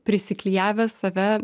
prisiklijavęs save